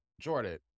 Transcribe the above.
Jordan